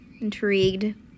intrigued